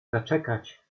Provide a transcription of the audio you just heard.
zaczekać